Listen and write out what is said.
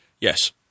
Yes